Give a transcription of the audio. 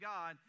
God